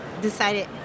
decided